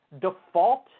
default